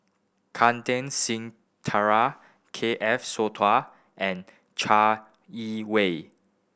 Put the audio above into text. Kantar Singh Thakral K F Sowtoh and Chai Yee Wei